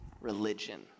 religion